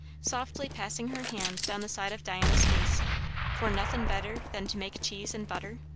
softly passing her hand down the side of diana's face for nothin' better than to make cheese and butter?